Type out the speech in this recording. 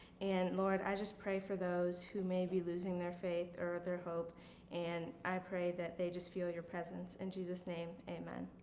and lord, i just pray for those who may be losing their faith or their hope and i pray that they just feel your presence in and jesus name. amen.